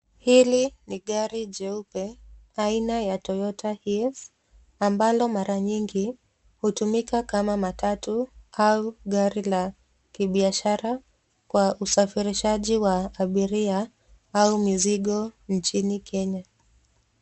Hili ni gari jeupe aina ya Toyota Hiace ambalo mara nyingi hutumika kama matatu au gari la kibiashara kwa usafirishaji wa abiria au mizigo nchini Kenya.